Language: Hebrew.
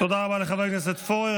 תודה רבה לחבר הכנסת פורר.